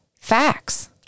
facts